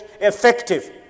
effective